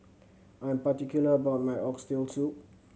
I am particular about my Oxtail Soup